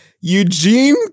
Eugene